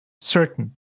certain